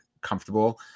comfortable